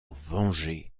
venger